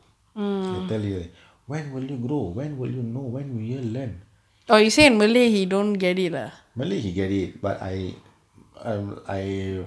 I tell you there when will you grow when will you know when we learn malay he get it but I I I